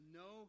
no